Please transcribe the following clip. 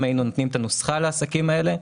אם היינו נותנים את הנוסחה לעסקים האלה,